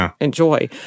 enjoy